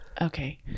okay